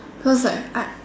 so it's like I